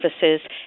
services